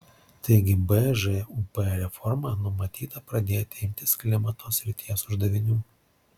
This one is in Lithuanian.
taigi bžūp reforma numatyta pradėti imtis klimato srities uždavinių